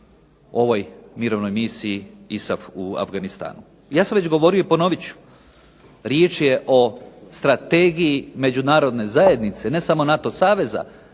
ovoj mirovnoj misiji ISAF u Afganistanu? Ja sam već govorio i ponovit ću, riječ je o strategiji Međunarodne zajednice, ne samo NATO saveza